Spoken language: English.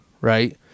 right